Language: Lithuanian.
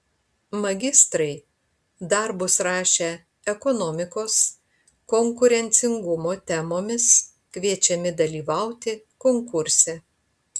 magistrai darbus rašę ekonomikos konkurencingumo temomis kviečiami dalyvauti konkurse